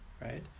right